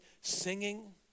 singing